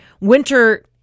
winter